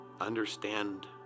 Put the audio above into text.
understand